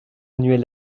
annuels